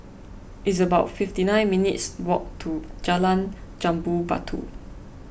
it's about fifty nine minutes' walk to Jalan Jambu Batu